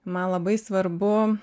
man labai svarbu